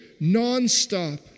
nonstop